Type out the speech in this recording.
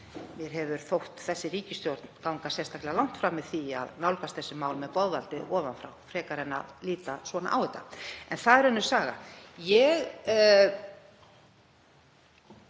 Mér hefur þótt þessi ríkisstjórn ganga sérstaklega langt fram í því að nálgast þessi mál með boðvaldi ofan frá frekar en að líta svona á þetta. En það er önnur saga. Mér